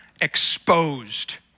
exposed